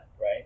right